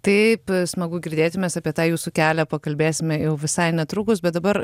taip smagu girdėti mes apie tą jūsų kelią pakalbėsime jau visai netrukus bet dabar